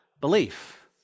Belief